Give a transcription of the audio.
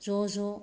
ज' ज'